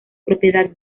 propiedad